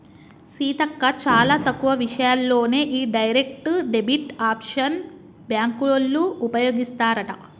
సీతక్క చాలా తక్కువ విషయాల్లోనే ఈ డైరెక్ట్ డెబిట్ ఆప్షన్ బ్యాంకోళ్ళు ఉపయోగిస్తారట